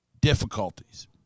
difficulties